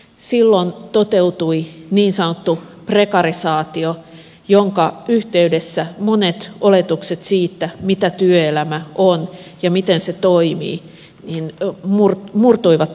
silloin toteutui niin sanottu prekarisaatio jonka yhteydessä monet oletukset siitä mitä työelämä on ja miten se toimii murtuivat olennaisilta osin